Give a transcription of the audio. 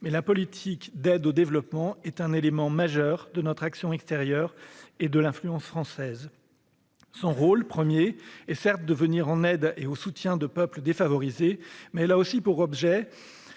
mais la politique d'aide au développement est un élément majeur de notre action extérieure et de l'influence française. Son rôle premier est, certes, de venir en aide et au soutien de peuples défavorisés, mais elle a aussi pour objectif